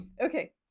Okay